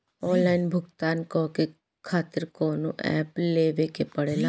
Online भुगतान करके के खातिर कौनो ऐप लेवेके पड़ेला?